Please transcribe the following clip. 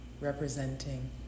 representing